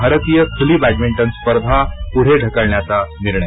भारतीय खुली बॅडमिंटन स्पर्धा पूढे ढकलण्याचा निर्णय